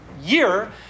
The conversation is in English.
year